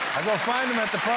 i go find them at the